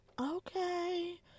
Okay